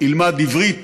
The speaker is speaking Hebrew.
ילמד עברית,